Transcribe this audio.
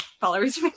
followers